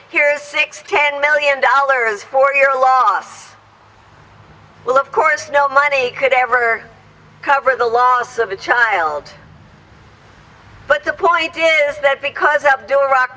here's six ten million dollars for your loss well of course no money could ever cover the loss of a child but the point is that because of doing rock